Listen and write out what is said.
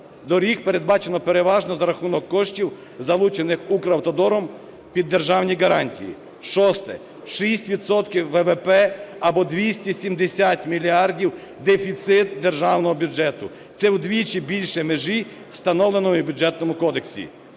доріг передбачено переважно за рахунок коштів, залучених Укравтодором під державні гарантії. Шосте. 6 відсотків ВВП або 270 мільярдів – дефіцит державного бюджету. Це вдвічі більше межі встановленої у Бюджетному кодексі.